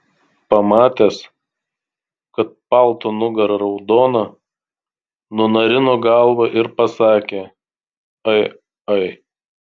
pamatęs kad palto nugara raudona nunarino galvą ir pasakė ai ai